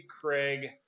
Craig